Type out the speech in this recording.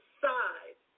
side